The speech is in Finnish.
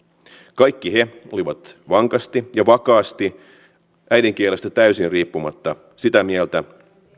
kaikki he olivat vankasti ja vakaasti äidinkielestä täysin riippumatta sitä mieltä